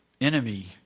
enemy